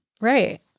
Right